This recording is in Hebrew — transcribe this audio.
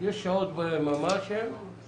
יש שעות שהם משוחררים.